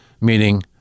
meaning